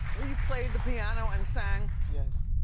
played the piano and sang? yes.